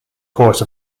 course